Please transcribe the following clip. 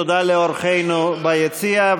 תודה לאורחינו ביציע,